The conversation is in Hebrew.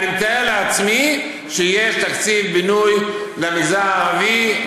אני מתאר לעצמי שיהיה תקציב בינוי למגזר הערבי,